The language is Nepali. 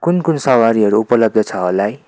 कुन कुन सवारीहरू उपलब्ध छ होला है